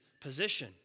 position